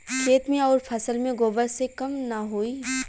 खेत मे अउर फसल मे गोबर से कम ना होई?